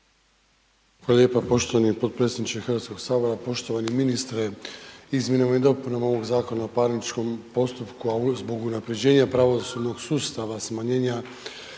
Hvala lijepo poštovani potpredsjedniče Hrvatskog sabora, poštovani ministre, izmjenama i dopunama ovog Zakona o parničnom postupku, a uz zbog unapređenja pravosudnog sustava, smanjenja